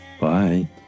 Bye